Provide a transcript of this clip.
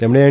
તેમણે એન